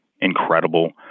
incredible